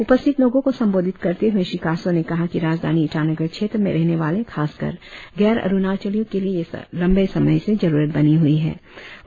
उपस्थित लोगों को संबोधित करते हुए श्री कासो ने कहा कि राजधानी ईटानगर क्षेत्र में रहने वाले खासकर गैर अरुणाचलियों के लिए यह लंबे समय से जरुरत बनी हुई थी